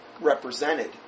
represented